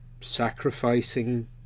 sacrificing